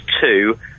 two